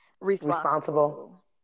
responsible